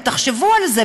תחשבו על זה,